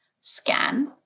scan